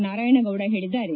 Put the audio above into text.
ನಾರಾಯಣ ಗೌಡ ಹೇಳಿದ್ದಾರೆ